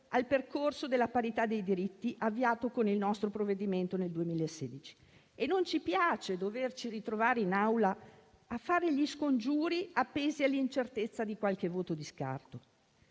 al percorso della parità dei diritti avviato con il nostro provvedimento nel 2016. Non ci piace doverci ritrovare in Aula a fare gli scongiuri, appesi all'incertezza di qualche voto di scarto.